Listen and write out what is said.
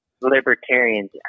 libertarians